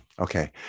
okay